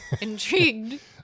intrigued